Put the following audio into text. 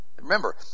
Remember